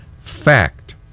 fact